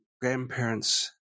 grandparents